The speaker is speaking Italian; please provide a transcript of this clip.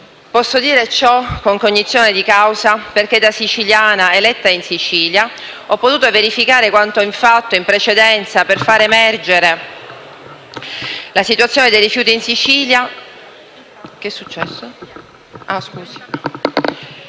Posso dire ciò con cognizione di causa, perché da siciliana eletta in Sicilia ho potuto verificare quanto fatto in precedenza per far emergere la situazione dei rifiuti. Quanto ottenuto in Sicilia